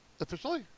Officially